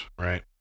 right